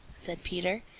said peter,